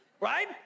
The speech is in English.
right